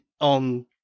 On